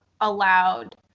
allowed